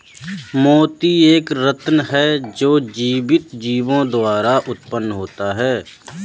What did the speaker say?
मोती एक रत्न है जो जीवित जीवों द्वारा उत्पन्न होता है